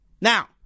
Now